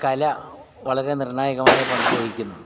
കല വളരെ നിർണ്ണായകമായ പങ്കു വഹിക്കുന്നു